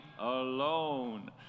alone